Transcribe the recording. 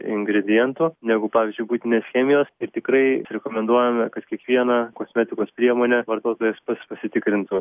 ingredientų negu pavyzdžiui buitinės chemijos ir tikrai rekomenduojame kad kiekvieną kosmetikos priemonę vartotojas pas pasitikrintų